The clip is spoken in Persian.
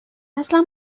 اصلا